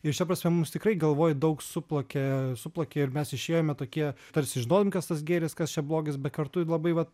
ir šia prasme mums tikrai galvoj daug suplakė suplakė ir mes išėjome tokie tarsi žinojom kas tas gėris kas čia blogis bet kartu ir labai va